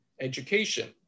education